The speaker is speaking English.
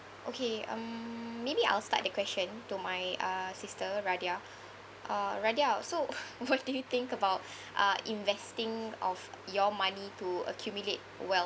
okay um maybe I'll start the question to my uh sister radia uh radia so what do you think about uh investing of your money to accumulate wealth